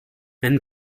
wenn